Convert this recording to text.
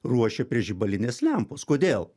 ruošė prie žibalinės lempos kodėl